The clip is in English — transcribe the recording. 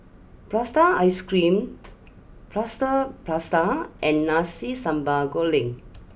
Prata Ice cream Plaster Prata and Nasi Sambal Goreng